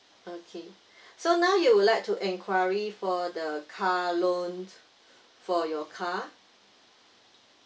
okay so now you would like to enquiry for the car loan for your car